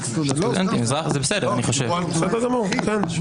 זה דבר אחד.